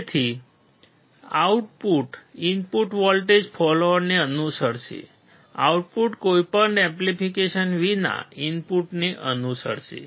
તેથી output input voltage ફોલોઅરને અનુસરશે આઉટપુટ કોઈપણ એમ્પ્લીફિકેશન વિના ઇનપુટને અનુસરશે